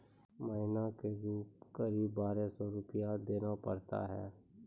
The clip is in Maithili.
महीना के रूप क़रीब बारह सौ रु देना पड़ता है?